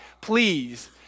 please